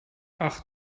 ach